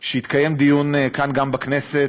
שהתקיים דיון כאן, גם בכנסת,